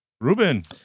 Ruben